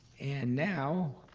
and now